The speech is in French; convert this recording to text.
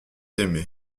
aimé